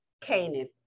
Canaan